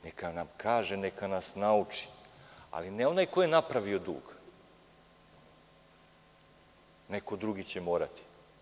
Neka nam kaže, neka nas nauči, ali ne onaj ko je napravio dug, neko drugi će morati.